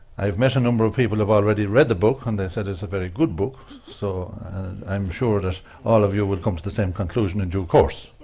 i've met a number of people who've already read the book and they said it's a very good book. so i'm sure that all of you will come to the same conclusion in due course.